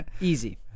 Easy